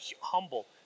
humble